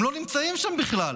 הם לא נמצאים שם בכלל.